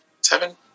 seven